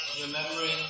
remembering